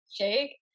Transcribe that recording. shake